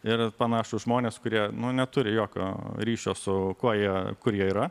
ir panašūs žmonės kurie neturi jokio ryšio su kuo jie kur jie yra